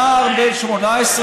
ילד בן 18,